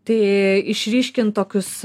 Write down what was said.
tai išryškint tokius